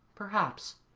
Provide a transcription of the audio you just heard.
perhaps,